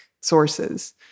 sources